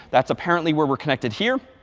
that's apparently where we're connected here.